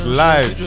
live